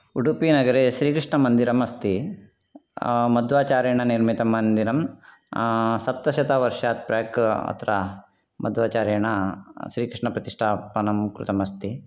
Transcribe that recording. उडुपिनगरे श्रीकृष्णमन्दिरमस्ति मध्वाचार्येण निर्मितं मन्दिरं सप्तशतवर्षात् प्राक् अत्र मध्वाचार्येण श्रीकृष्णप्रतिष्ठापनं कृतम् अस्ति